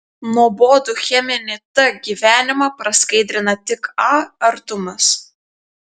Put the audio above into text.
nuobodų cheminį t gyvenimą praskaidrina tik a artumas